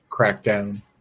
crackdown